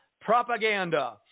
propaganda